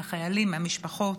מהחיילים ומהמשפחות.